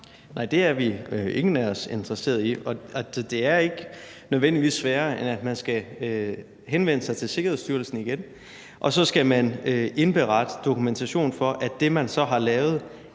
Nej, men det er ingen af os interesseret i. Og det er ikke nødvendigvis sværere, end at man skal henvende sig til Sikkerhedsstyrelsen igen, og så skal man indberette dokumentation for, at det, man så har lavet,